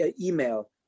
email